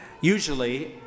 Usually